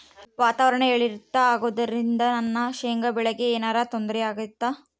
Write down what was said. ವಾತಾವರಣ ಏರಿಳಿತ ಅಗೋದ್ರಿಂದ ನನ್ನ ಶೇಂಗಾ ಬೆಳೆಗೆ ಏನರ ತೊಂದ್ರೆ ಆಗ್ತೈತಾ?